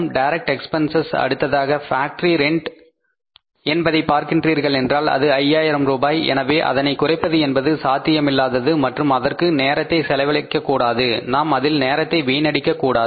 direct expenses அடுத்ததாக factory rent என்பதை பார்க்கிறீர்கள் என்றால் அது 5000 ரூபாய் எனவே அதனை குறைப்பது என்பது சாத்தியமில்லாதது மற்றும் அதற்கு நேரத்தை செலவழிக்க கூடாது நாம் அதில் நேரத்தை வீணடிக்க கூடாது